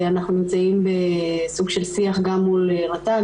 אנחנו נמצאים בסוג של שיח גם מול רט"ג,